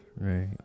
Right